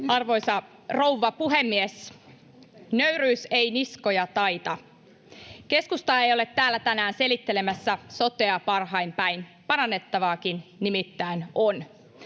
Arvoisa rouva puhemies! Nöyryys ei niskoja taita. Keskusta ei ole täällä tänään selittelemässä sotea parhain päin, parannettavaakin nimittäin on.